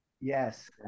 Yes